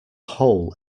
hole